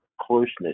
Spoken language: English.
closeness